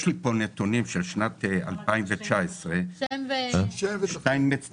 יש לי פה נתונים של שנת 2019. שטינמץ דוד,